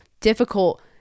difficult